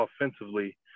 offensively